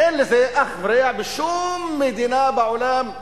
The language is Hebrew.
אין לזה אח ורע בשום מדינה בעולם,